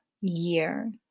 year